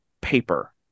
paper